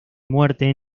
muerte